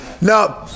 No